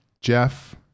jeff